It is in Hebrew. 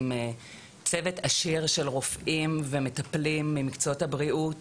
עם צוות עשיר של רופאים ושל מטפלים ממקצועות הבריאות